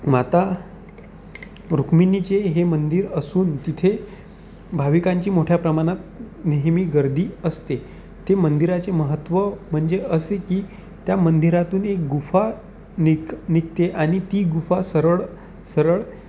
माता रुक्मिणीचे हे मंदिर असून तिथे भाविकांची मोठ्या प्रमाणात नेहमी गर्दी असते ते मंदिराचे महत्त्व म्हणजे असे की त्या मंदिरातून एक गुंफा निक निघते आणि ती गुंफा सरळ सरळ